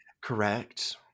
Correct